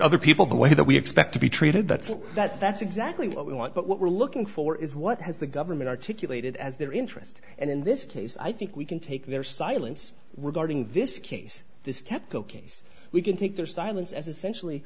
other people the way that we expect to be treated that's that that's exactly what we want but what we're looking for is what has the government articulated as their interest and in this case i think we can take their silence were guarding this case this kept the case we can take their silence